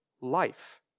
life